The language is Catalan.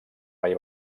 mai